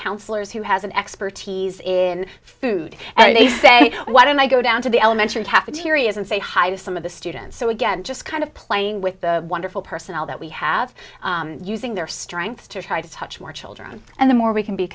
counselors who has an expertise in food and they say why don't i go down to the elementary cafeterias and say hi to some of the students so again just kind of playing with the wonderful personnel that we have using their strengths to try to touch more children and the more we can be